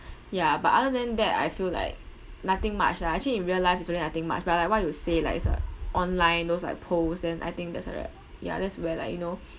ya but other than that I feel like nothing much lah actually in real life it's really nothing much but like what you say like is uh online those like posts then I think that's about it ya that's where like you know